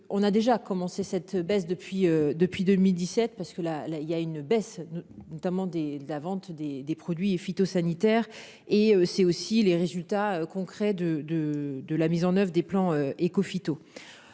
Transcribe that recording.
on a déjà commencé, cette baisse depuis depuis 2017 parce que là il y a une baisse. Notamment des de la vente des des produits phytosanitaires et c'est aussi les résultats concrets de de de la mise en oeuvre des plans Ecophyto